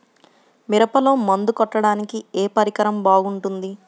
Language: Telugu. మిరపలో మందు కొట్టాడానికి ఏ పరికరం బాగుంటుంది?